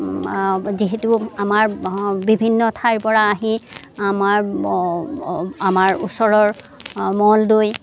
যিহেতু আমাৰ বিভিন্ন ঠাইৰপৰা আহি আমাৰ আমাৰ ওচৰৰ মংগলদৈ